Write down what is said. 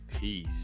Peace